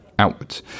outwards